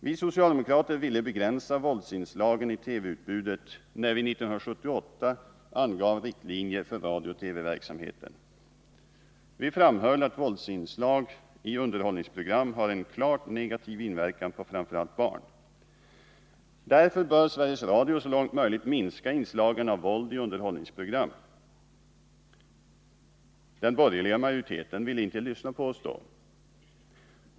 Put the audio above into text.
Vi socialdemokrater ville begränsa våldsinslagen i TV-utbudet när vi 1978 angav riktlinjer för radio/TV-verksamheten. Vi framhöll att våldsinslag i underhållningsprogram har en klart negativ inverkan på framför allt barn. Därför bör Sveriges Radio, sade vi, så långt möjligt minska inslagen av våld i underhållningsprogram. Den borgerliga majoriteten ville inte lyssna på oss då.